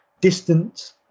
distance